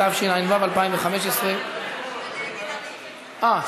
התשע"ו 2015. אה,